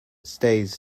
stays